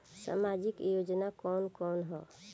सामाजिक योजना कवन कवन ह?